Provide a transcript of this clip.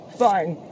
fine